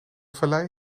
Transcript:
vallei